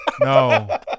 No